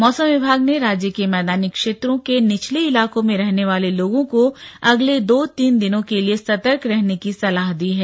मौसम विभाग ने राज्य के मैदानी क्षेत्रों के निचले इलाकों में रहने वाले लोगों को अगले दो तीन दिनों के लिए सतर्क रहने की सलाह दी है